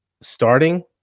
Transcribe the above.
starting